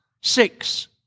six